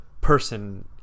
person